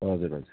हजुर हजुर